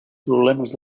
problemes